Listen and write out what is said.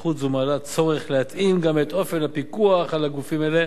התפתחות זו מעלה צורך להתאים גם את אופן הפיקוח על הגופים האלה